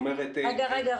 רגע.